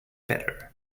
better